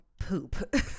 poop